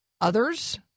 others